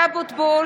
אבוטבול,